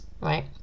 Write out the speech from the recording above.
right